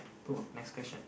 boom next question